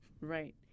Right